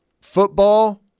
football